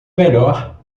melhor